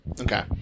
Okay